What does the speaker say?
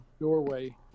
doorway